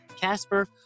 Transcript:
Casper